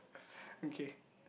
okay